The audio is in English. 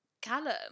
Callum